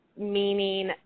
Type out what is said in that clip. meaning